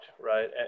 Right